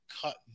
cut